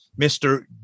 Mr